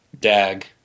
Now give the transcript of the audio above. dag